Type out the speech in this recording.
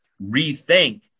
rethink